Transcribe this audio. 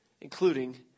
including